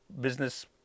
business